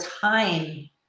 time